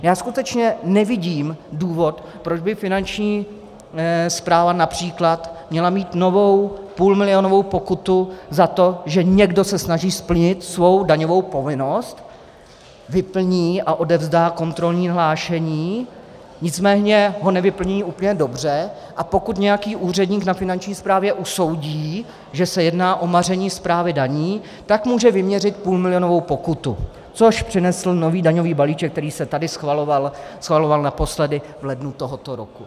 Já skutečně nevidím důvod, proč by Finanční správa např. měla mít novou půlmilionovou pokutu za to, že někdo se snaží splnit svou daňovou povinnost, vyplní a odevzdá kontrolní hlášení, nicméně ho nevyplní úplně dobře, a pokud nějaký úředník na Finanční správě usoudí, že se jedná o maření správy daní, tak může vyměřit půlmilionovou pokutu, což přinesl nový daňový balíček, který se tady schvaloval naposledy v lednu tohoto roku.